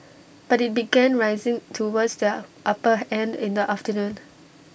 but IT began rising towards the upper end in the afternoon